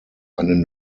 einen